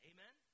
Amen